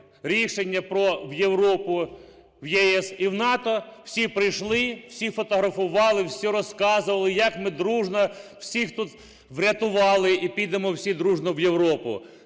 рішення про... в Європу, в ЄС і в НАТО, всі прийшли, всі фотографували, всі розказували, як ми дружно всіх тут врятували і підемо всі дружно в Європу.